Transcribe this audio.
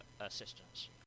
assistance